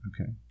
Okay